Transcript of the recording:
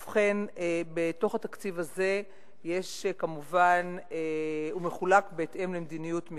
ובכן, התקציב הזה מחולק בהתאם למדיניות מקצועית,